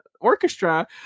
orchestra